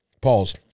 Pause